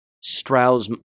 Strauss-